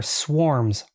swarms